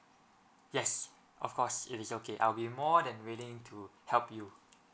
yes of course it is okay I'll be more than willing to help you